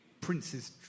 Prince's